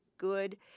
Good